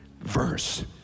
verse